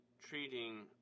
treating